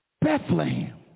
Bethlehem